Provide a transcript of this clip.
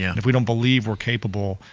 yeah if we don't believe we're capable,